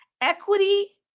Equity